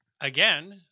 again